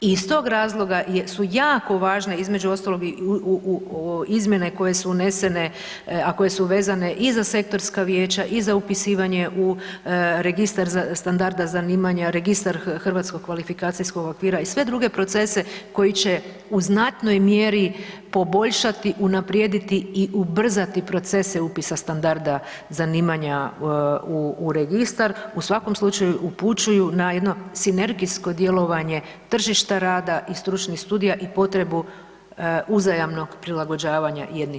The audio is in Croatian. I iz toga razloga su jako važne između ostalog i izmjene koje su unesene a koje su vezane i za sektorska vijeća i za upisivanje u Registar za standarda zanimanja, Registar HKO-a i sve druge procese koji će u znatnoj mjeri poboljšati, unaprijediti i ubrzati procese upisa standarda zanimanja u registar, u svakom slučaju upućuju na jedno sinergijsko djelovanje tržišta rada i stručnih studija i potrebu uzajamnog prilagođavanja jedni drugima.